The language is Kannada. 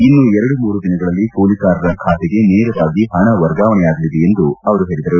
ಇನ್ನು ಎರಡು ಮೂರು ದಿನಗಳಲ್ಲಿ ಕೂಲಿಕಾರರ ಖಾತೆಗೆ ನೇರವಾಗಿ ಹಣ ವರ್ಗಾವಣೆಯಾಗಲಿದೆ ಎಂದು ಹೇಳದರು